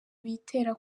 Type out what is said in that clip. bitera